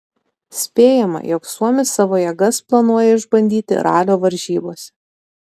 spėjama jog suomis savo jėgas planuoja išbandyti ralio varžybose